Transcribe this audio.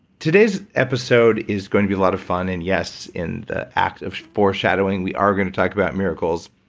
today's episode is going to be a lot of fun and yes, in the act of foreshadowing we are going to talk about miracles,